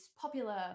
popular